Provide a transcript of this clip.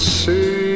see